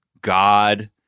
God